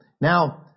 Now